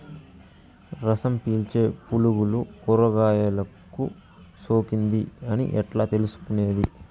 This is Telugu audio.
రసం పీల్చే పులుగులు కూరగాయలు కు సోకింది అని ఎట్లా తెలుసుకునేది?